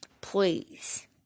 please